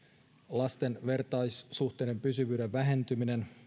lasten vertaissuhteiden pysyvyyden vähentyminen